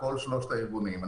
כל שלושת הארגונים.